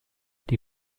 die